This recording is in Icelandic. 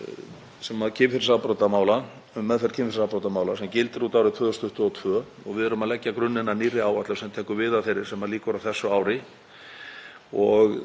Það er ekki hægt að segja annað en að það hafi tekist að mörgu leyti mjög vel til, áherslur hafa verið auknar mjög á þennan málaflokk og það kannski leiðir af sér m.a. þann